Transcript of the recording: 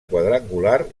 quadrangular